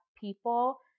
people